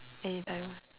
anytime